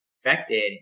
affected